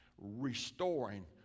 restoring